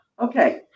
Okay